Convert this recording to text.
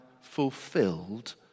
fulfilled